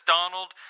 Donald